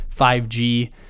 5g